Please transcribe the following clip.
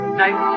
night